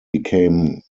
became